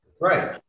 Right